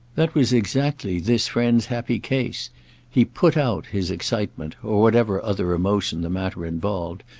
that was exactly this friend's happy case he put out his excitement, or whatever other emotion the matter involved,